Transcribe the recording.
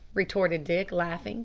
retorted dick, laughing